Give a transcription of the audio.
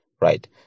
right